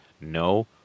No